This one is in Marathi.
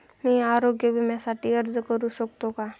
मी आरोग्य विम्यासाठी अर्ज करू शकतो का?